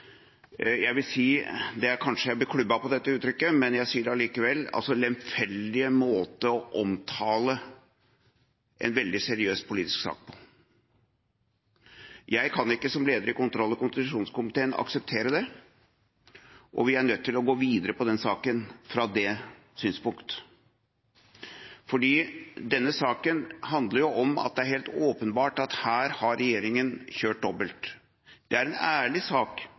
kanskje klubbet for dette uttrykket, men jeg sier det allikevel – lemfeldige måte å omtale en veldig seriøs politisk sak på. Jeg kan ikke som leder i kontroll- og konstitusjonskomiteen akseptere det, og vi er nødt til å gå videre med saken fra det synspunktet. For denne saken handler om at det er helt åpenbart at her har regjeringen kjørt dobbelt. Det er en ærlig sak